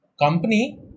company